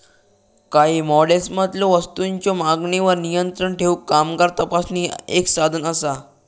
काही मॉडेल्समधलो वस्तूंच्यो मागणीवर नियंत्रण ठेवूक कामगार तपासणी ह्या एक साधन असा